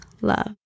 love